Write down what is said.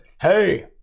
hey